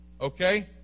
okay